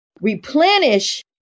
replenish